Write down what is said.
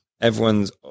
everyone's